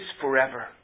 forever